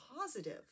positive